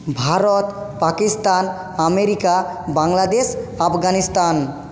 Bharat Pakistan America Bangladesh Afghanistan